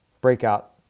Breakout